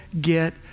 get